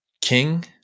king